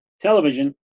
television